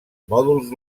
mòduls